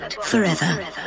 forever